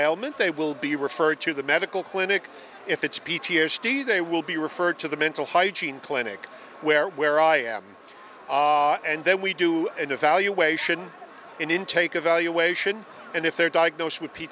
element they will be referred to the medical clinic if it's p t s d they will be referred to the mental hygiene clinic where where i am and then we do an evaluation an intake evaluation and if they're diagnosed with